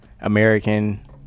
American